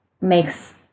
makes